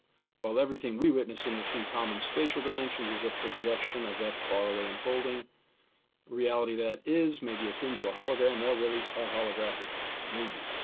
while everything we witness in the three common spatial dimensions is a projection of that faraway unfolding reality that is maybe akin to a hologram or really a holographic movie.